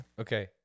Okay